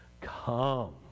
come